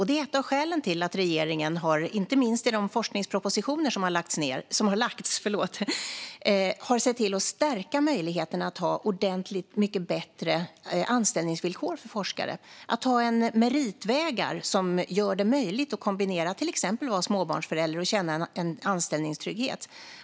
Det är ett av skälen till att regeringen, inte minst i de forskningspropositioner som har lagts fram, har sett till att stärka möjligheten att ha ordentligt mycket bättre anställningsvillkor för forskare, att ha meriteringsvägar som gör det möjligt att kombinera till exempel att vara småbarnsförälder och att känna anställningstrygghet.